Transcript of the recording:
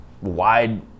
wide